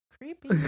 Creepy